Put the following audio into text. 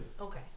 Okay